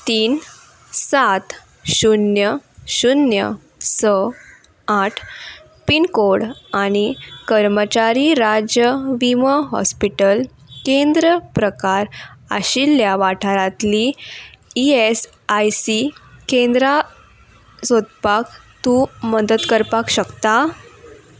तीन सात शुन्य शुन्य स आठ पिनकोड आनी कर्मचारी राज्य विमो हॉस्पिटल केंद्र प्रकार आशिल्ल्या वाठारांतलीं ई एस आय सी केंद्रां सोदपाक तूं मदत करपाक शकता